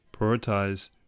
prioritize